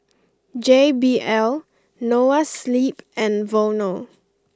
J B L Noa Sleep and Vono